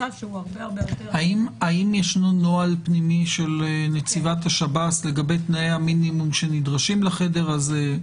האם יש נוהל פנימי של נציבת השב"ס לגבי תנאי המינימום שנדרשים לחדר הזה,